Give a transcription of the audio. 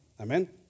amen